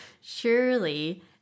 surely